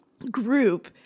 Group